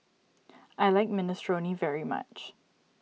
I like Minestrone very much